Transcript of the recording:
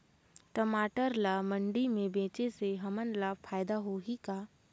टमाटर ला मंडी मे बेचे से हमन ला फायदा होही का?